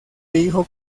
hijo